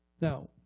Now